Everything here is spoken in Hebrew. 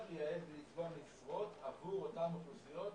לייעד ולצבוע משרות עבור אותן אוכלוסיות